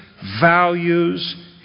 values